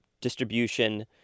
distribution